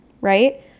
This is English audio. right